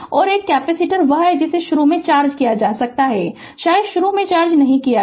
और एक है कैपेसिटर वह है जिसे शुरू में चार्ज किया जा सकता है शायद शुरू में चार्ज नहीं किया गया